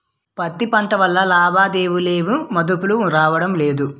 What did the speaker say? పత్తి పంట వల్ల లాభాలేమి లేవుమదుపులే రాడంలేదు